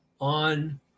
on